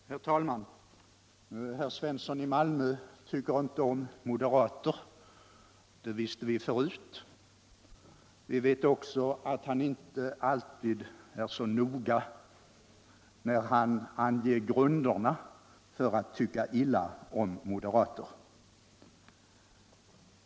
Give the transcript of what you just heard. Herr talman! Herr Svensson i Malmö tycker inte om moderater. Det visste vi förut. Vi vet också att han inte alltid är så noga när han anger grunderna för att tycka illa om moderater.